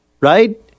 right